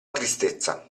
tristezza